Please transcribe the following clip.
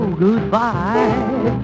goodbye